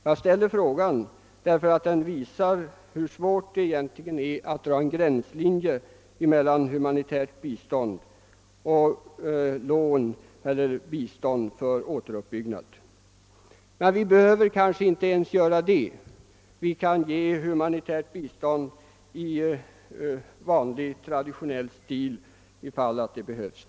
Jag ställer frågan därför att den visar hur svårt det egentligen är att dra en gränslinje mellan humanitär hjälp och lån eller bistånd för återuppbyggnad. Men vi behöver kanske inte ens bygga en pappersfabrik för tillverkning av papper till läroböcker. Vi kan ge humanitärt bistånd i traditionell stil, om det behövs.